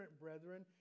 brethren